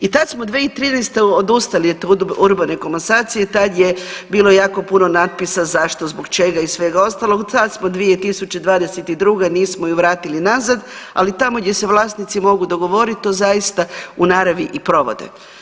I tad smo 2013. odustali od urbane komasacije tad je bilo jako puno natpisa zašto, zbog čega i svega ostalog, sad smo 2022. nismo ju vratili nazad, ali tamo gdje se vlasnici mogu dogovoriti to zaista u naravi i provode.